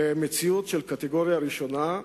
למציאות של הקטגוריה הראשונה.